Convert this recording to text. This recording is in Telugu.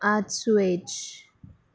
ఆడ్స్వేచ్